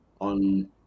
on